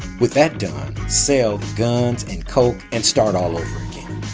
with that done, sell the guns and coke and start all over again.